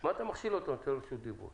מה אתה מכשיל אותו, נותן לו זכות דיבור?